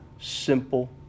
Simple